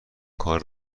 کار